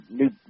new